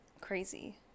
crazy